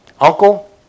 Uncle